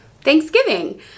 Thanksgiving